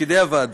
תפקידי הוועדה: